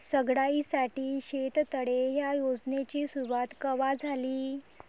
सगळ्याइसाठी शेततळे ह्या योजनेची सुरुवात कवा झाली?